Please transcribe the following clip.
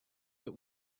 but